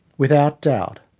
without doubt,